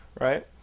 right